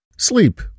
Sleep